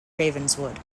ravenswood